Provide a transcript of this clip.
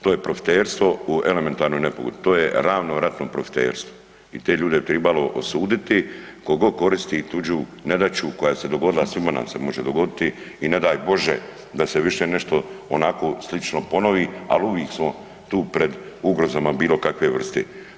To je profiterstvo u elementarnoj nepogodi, to je ravno ratnom profiterstvu i te ljude bi tribalo osuditi, ko god koristi tuđu nedaću koja se dogodila, a svima nam se može dogoditi i ne daj Bože da se više nešto onako slično ponovi, al uvik smo tu pred ugrozom ma bilo kakve vrste.